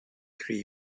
three